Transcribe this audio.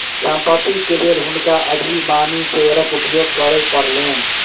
संपत्ति के लेल हुनका अधिमानी शेयरक उपयोग करय पड़लैन